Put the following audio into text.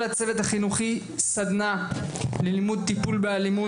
הצוות החינוכי סדנא ללימוד טיפול באלימות,